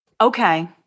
Okay